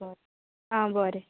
आं बोरें